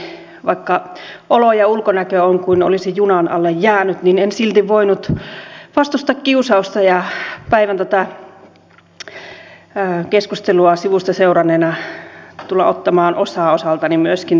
vaikka olo ja ulkonäkö on kuin olisi junan alle jäänyt niin en silti voinut vastustaa kiusausta päivän tätä keskustelua sivusta seuranneena tulla ottamaan osaa osaltani myöskin tähän